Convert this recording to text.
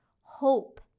hope